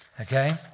Okay